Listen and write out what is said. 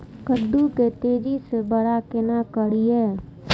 कद्दू के तेजी से बड़ा केना करिए?